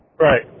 right